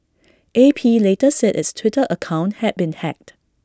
A P later said its Twitter account had been hacked